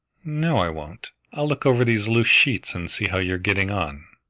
no, i won't, i'll look over these loose sheets and see how you are getting on.